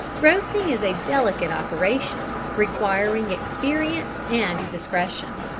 roasting is a delicate operation requiring experience and discretion.